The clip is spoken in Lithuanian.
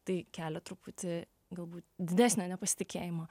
tai kelia truputį galbūt didesnio nepasitikėjimo